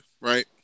right